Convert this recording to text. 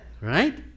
Right